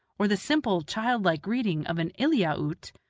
or the simple, childlike greeting of an eliaute,